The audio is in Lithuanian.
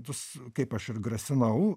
tus kaip aš ir grasinau